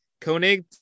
Koenig